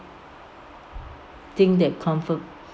think that